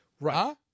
Right